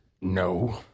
No